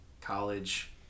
college